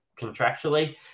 contractually